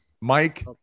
Mike